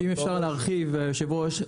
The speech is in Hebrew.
אם אפשר להרחיב היו"ר,